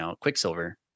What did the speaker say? Quicksilver